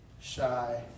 shy